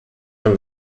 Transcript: from